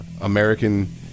American